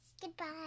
Goodbye